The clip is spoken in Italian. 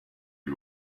gli